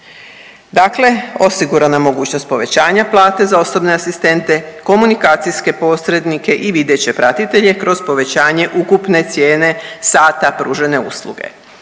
Dakle, osigurana mogućnost povećanja plate za osobne asistente, komunikacijske posrednike i videće pratitelje kroz povećanje ukupne cijene sata pružene usluge.